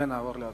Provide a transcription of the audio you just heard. ונעבור להצבעה.